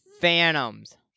phantoms